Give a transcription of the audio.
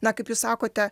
na kaip jūs sakote